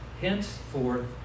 Henceforth